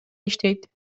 иштейт